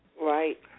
Right